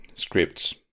scripts